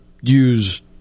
use